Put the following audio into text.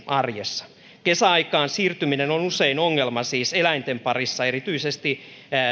arjessa kesäaikaan siirtyminen on usein ongelma siis eläinten parissa erityisesti